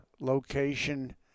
location